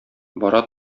бара